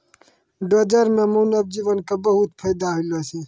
dozer सें मानव जीवन म बहुत फायदा होलो छै